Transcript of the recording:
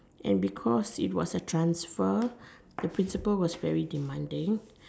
and because it was a transfer the principal was very demanding